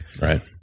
Right